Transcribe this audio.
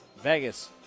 vegas